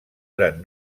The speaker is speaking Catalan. gran